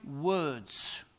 words